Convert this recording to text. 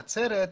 נצרת,